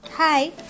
hi